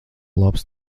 labs